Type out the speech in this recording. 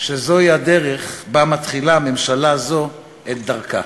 שזוהי הדרך שבה מתחילה ממשלה זו את דרכה.